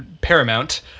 paramount